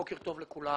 בוקר טוב לכולם.